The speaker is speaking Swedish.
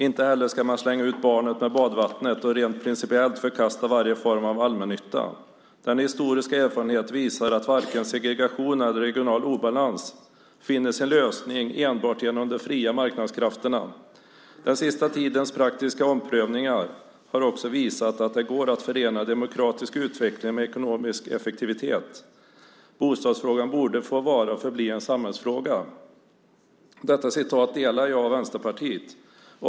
Inte heller skall man slänga ut barnet med badvattnet och rent principiellt förkasta varje form av allmännytta. Den historiska erfarenheten visar att varken segregation eller regional obalans finner sin lösning enbart genom de fria marknadskrafterna. Den sista tidens praktiska omprövningar har också visat att det går att förena demokratisk utveckling med ekonomisk effektivitet. Bostadsfrågan borde få vara och förbli en samhällsfråga." Åsikterna i detta citat delar jag och Vänsterpartiet.